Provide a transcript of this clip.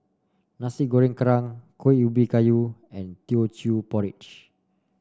Nasi Goreng Kerang Kuih Ubi Kayu and Teochew Porridge